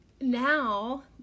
now